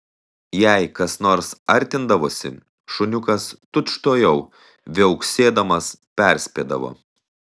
jei kas nors artindavosi šuniukas tučtuojau viauksėdamas perspėdavo